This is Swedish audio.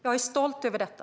Jag är stolt över detta.